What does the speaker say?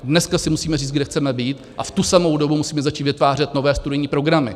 Dneska si musíme říct, kde chceme být a v tu samou dobu musíme začít vytvářet nové studijní programy.